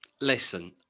Listen